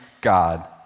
God